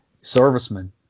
servicemen